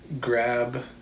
grab